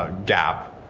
ah gap,